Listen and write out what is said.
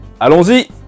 Allons-y